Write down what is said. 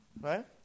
right